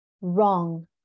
wrong